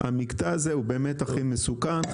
המקטע הזה הוא באמת הכי מסוכן.